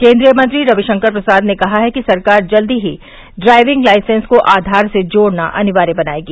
केन्द्रीय मंत्री रविशंकर प्रसाद ने कहा है कि सरकार जल्द ही ड्राइविंग लाईसेंस को आधार से जोड़ना अनिवार्य बनाएगी